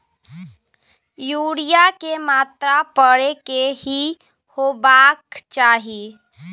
Urea के मात्रा परै के की होबाक चाही?